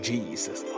Jesus